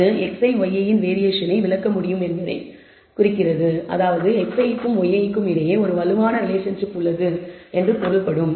அது xi yi யின் வேறியேஷனை விளக்க முடியும் என்பதைக் குறிக்கிறது அதாவது xi க்கும் yi க்கும் இடையே ஒரு வலுவான ரிலேஷன்ஷிப் உள்ளது என பொருள்படும்